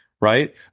right